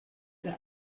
der